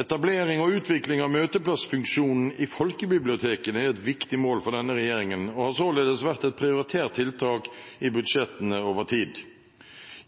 Etablering og utvikling av møteplassfunksjonen i folkebibliotekene er et viktig mål for denne regjeringen og har således vært et prioritert tiltak i budsjettene over tid.